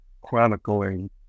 chronicling